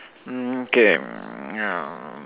hmm okay hmm ya